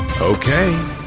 Okay